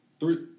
Three